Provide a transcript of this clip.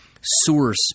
source